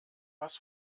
was